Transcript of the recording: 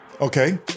Okay